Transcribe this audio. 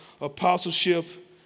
apostleship